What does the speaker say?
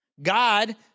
God